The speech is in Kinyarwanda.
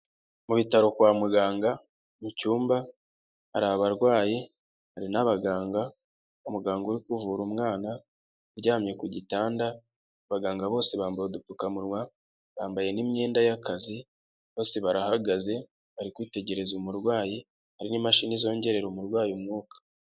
Mu bitaro kwa muganga mu cyumba, hari abarwayi hari n'abaganga, umuganga uri kuvura umwana uryamye ku gitanda, abaganga bose bambaye udupfukamunwa bambaye n' imyenda y'akazi, bose barahagaze bari kwitegereza umurwayi hari n'imashini zongerera umurwayi umwuka.